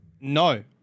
No